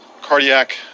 cardiac